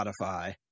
Spotify